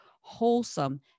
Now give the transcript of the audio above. wholesome